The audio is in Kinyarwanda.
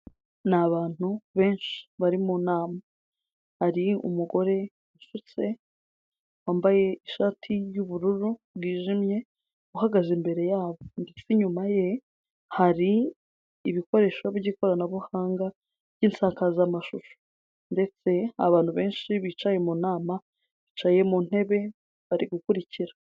Ni abantu benshi bari mu nama, hari umugore usutse wambaye ishati y'ubururu bwijimye uhagaze imbere yabo ndetse inyuma ye hari ibikoresho by'ikoranabuhanga by'insakazamashusho, ndetse abantu benshi bicaye mu nama, bicaye mu ntebe bari gukurikira.